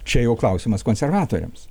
čia jau klausimas konservatoriams